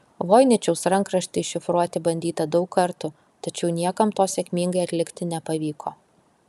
voiničiaus rankraštį iššifruoti bandyta daug kartų tačiau niekam to sėkmingai atlikti nepavyko